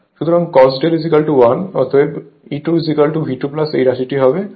সুতরাং cos ∂ 1 অতএব E2 V2 এই রাশিটি